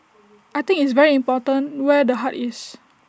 I think it's very important where the heart is